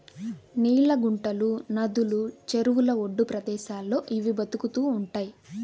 నీళ్ళ గుంటలు, నదులు, చెరువుల ఒడ్డు ప్రదేశాల్లో ఇవి బతుకుతూ ఉంటయ్